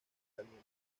caliente